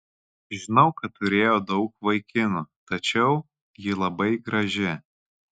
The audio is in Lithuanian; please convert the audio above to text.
žinau kad turėjo daug vaikinų tačiau ji labai graži